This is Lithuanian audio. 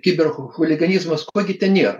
kibiro chuliganizmas ko gi ten nėra